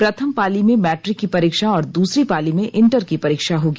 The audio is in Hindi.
प्रथम पाली में मैट्रिक की परीक्षा और दूसरी पाली में इंटर की परीक्षा होगी